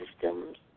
systems